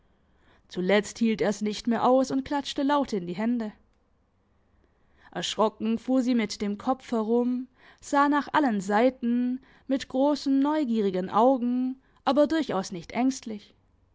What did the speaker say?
zuletzt hielt er's nicht mehr aus und klatschte laut in die hände erschrocken fuhr sie mit dem kopf herum sah nach allen seiten mit grossen neugierigen augen aber durchaus nicht ängstlich